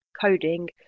coding